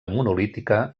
monolítica